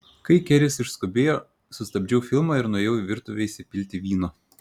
kai keris išskubėjo sustabdžiau filmą ir nuėjau į virtuvę įsipilti vyno